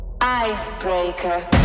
Icebreaker